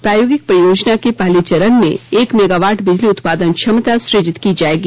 प्रायोगिक परियोजना के पहले चरण में एक मेगावाट बिजली उत्पावदन क्षमता सुजित की जाएगी